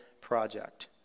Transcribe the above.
project